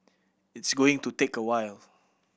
it's going to take a while